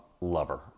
lover